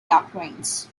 doctrines